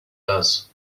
does